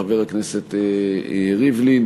חבר הכנסת ריבלין,